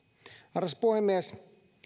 arvoisa puhemies